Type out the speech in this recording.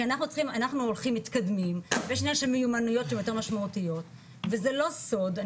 כי אנחנו מתקדמים ויש מיומנויות יותר משמעותיות וזה לא סוד,